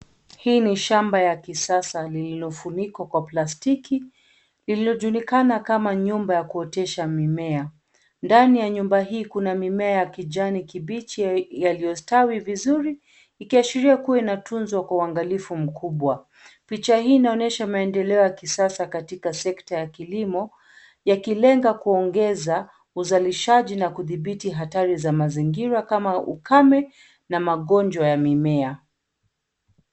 Hii ni shamba ya kisasa liliofunikwa kwa plastiki lililojulikana kama nyumba ya kuotesha mimea. Ndani ya nyumba hii kuna mimea ya kijani kibichi yaliyostawi vizuri, ikiashiria kuwa yanatunzwa kwa uangalifu mkubwa. Picha hii inaonyesha maendeleo ya kisasa katika sekta ya kilimo, yakilenga kuongeza uzalishaji na kudhibiti hatari za mazingira kama ukame, na magonjwa ya mimea.